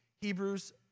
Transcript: Hebrews